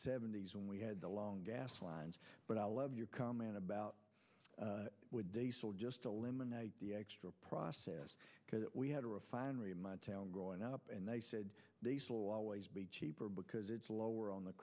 seventy's when we had the long gas lines but i love your comment about diesel just eliminate the extra process that we had a refinery in my town growing up and they said they still always be cheaper because it's lower on the